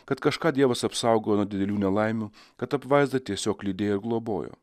kad kažką dievas apsaugojo nuo didelių nelaimių kad apvaizda tiesiog lydėjo globojo